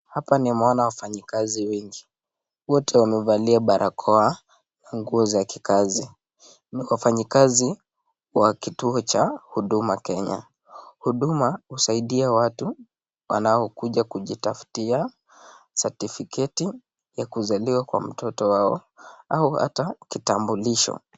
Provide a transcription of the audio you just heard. Hapa nimeona wafanyikazi wengi, wote wamevalia barakoa na nguo za kikazi ni wafanyikazi wa kituo cha huduma Kenya. Huduma husaidia watu wanaokuja kujitafutia certificate ya kuzaliwa kwa mtoto wao au hata kitambulisho.